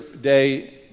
Day